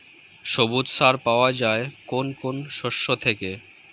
সবুজ সার পাওয়া যায় কোন কোন শস্য থেকে?